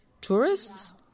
Tourists